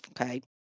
Okay